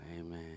amen